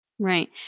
Right